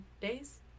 days